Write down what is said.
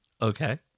Okay